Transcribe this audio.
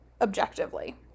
objectively